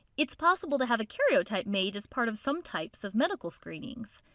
it is possible to have a karyotype made as part of some types of medical screenings.